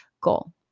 goal